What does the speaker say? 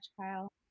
Kyle